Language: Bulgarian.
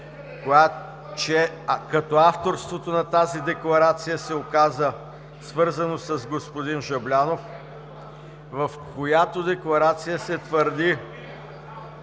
като авторството на тази декларация се оказа свързано с господин Жаблянов. В декларацията се твърди,